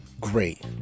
great